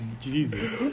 Jesus